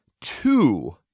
two